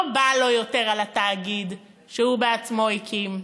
לא בא לו יותר על התאגיד שהוא בעצמו הקים.